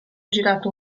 girato